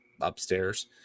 upstairs